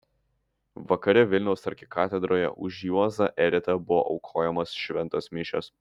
vakare vilniaus arkikatedroje už juozą eretą buvo aukojamos šventos mišios